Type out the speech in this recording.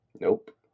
Nope